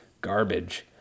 garbage